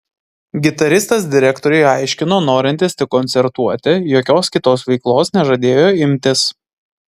gitaristas direktoriui aiškino norintis tik koncertuoti jokios kitos veiklos nežadėjo imtis